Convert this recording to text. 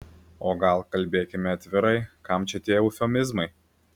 o gal kalbėkime atvirai kam čia tie eufemizmai